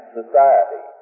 society